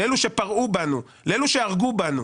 לאלה שפרעו בנו, לאלה שהרגו בנו.